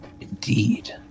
Indeed